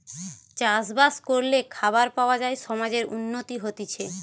চাষ বাস করলে খাবার পাওয়া যায় সমাজের উন্নতি হতিছে